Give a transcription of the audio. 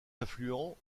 affluents